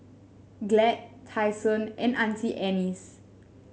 Glad Tai Sun and Auntie Anne's